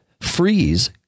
freeze